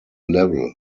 level